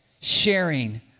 sharing